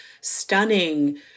stunning